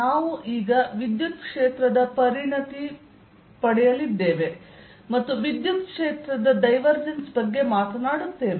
ನಾವು ಈಗ ವಿದ್ಯುತ್ ಕ್ಷೇತ್ರಕ್ಕೆ ಪರಿಣತಿ ಪಡೆಯಲಿದ್ದೇವೆ ಮತ್ತು ವಿದ್ಯುತ್ ಕ್ಷೇತ್ರದ ಡೈವರ್ಜೆನ್ಸ್ ಬಗ್ಗೆ ಮಾತನಾಡುತ್ತೇವೆ